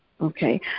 Okay